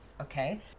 okay